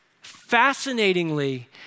Fascinatingly